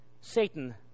Satan